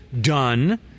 done